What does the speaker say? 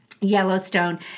Yellowstone